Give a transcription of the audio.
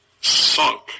sunk